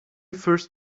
first